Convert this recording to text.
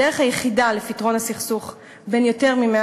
הדרך היחידה לפתרון הסכסוך בן היותר מ-100